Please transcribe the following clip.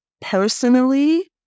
personally